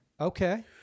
Okay